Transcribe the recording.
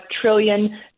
trillion